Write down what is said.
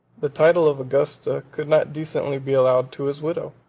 the title of augusta could not decently be allowed to his widow.